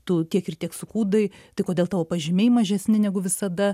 tu tiek ir tiek sukūdai tai kodėl tavo pažymiai mažesni negu visada